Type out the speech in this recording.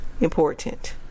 important